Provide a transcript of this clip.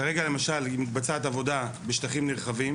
כרגע, למשל, אם מתבצעת עבודה בשטחים נרחבים